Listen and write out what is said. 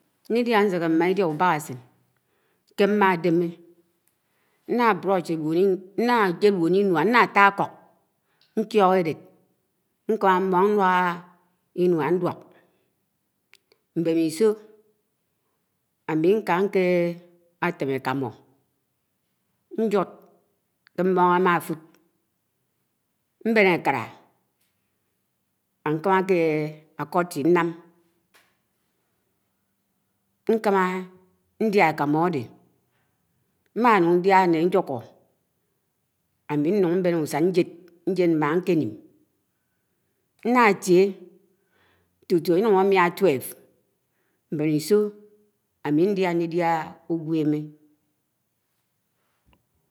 Ñlidiã ñseké m̃ma ídia úbakásen ké mm̃a déme, ná ãta ãko̱k, ñcho éled, nkãmã m̃mo̱n ñluaha iñua inu̱a ñduo̱k m̃bemiso̱ ámi ñka ñketém ãkãmong ñjud, ké m̃mo̱n ámafũd, m̃ben ãkalá àkamáke ako̱ti ñnam, ñkamã ñdia ãkamu ãde m̃maluñg ñdia nñe ajuko̱, ami aũn, m̃ben úsan ñjed, ñjed m̃ma, ñkenim, ñnatie tútũ ãnye amia mbemiso̱ adia, ũdia ũgweme.